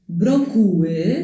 brokuły